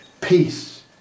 peace